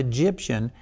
Egyptian